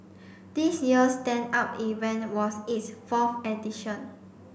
this year's Stand Up event was its fourth edition